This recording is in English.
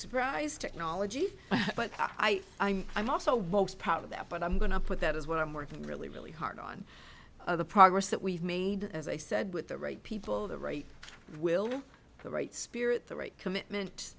surprised technology but i am also most part of that but i'm going to put that is what i'm working really really hard on the progress that we've made as i said with the right people the right will the right spirit the right commitment